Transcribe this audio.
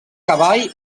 cavall